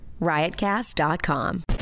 Riotcast.com